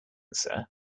sir